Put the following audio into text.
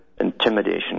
intimidation